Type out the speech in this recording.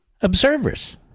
observers